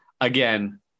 again